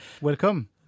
Welcome